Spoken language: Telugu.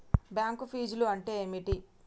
బ్యాంక్ ఫీజ్లు అంటే ఏమిటి?